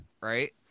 right